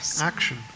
action